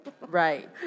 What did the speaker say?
Right